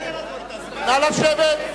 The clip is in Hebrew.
נא לשבת.